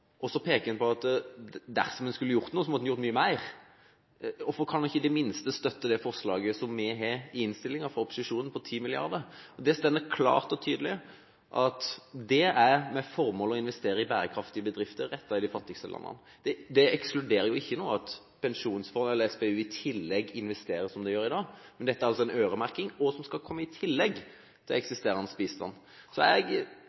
det minste støtte det forslaget i merknads form som er i innstillingen fra opposisjonen, om 20 mrd. kr? Der står det klart og tydelig at formålet er å investere i bærekraftige bedrifter i de fattigste landene. Det ekskluderer ikke at SBU i tillegg investerer som de gjør i dag. Men dette er altså en øremerking av midler som skal komme i tillegg til eksisterende bistand. Så jeg